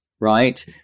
right